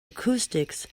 acoustics